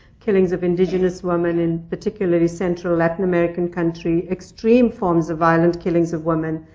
killings of indigenous women in, particularly, central latin american country. extreme forms of violent killings of women,